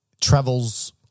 travels